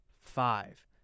Five